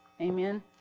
Amen